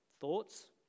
thoughts